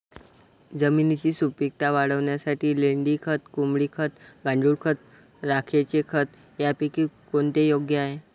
जमिनीची सुपिकता वाढवण्यासाठी लेंडी खत, कोंबडी खत, गांडूळ खत, राखेचे खत यापैकी कोणते योग्य आहे?